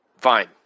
Fine